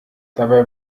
dabei